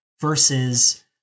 versus